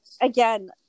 again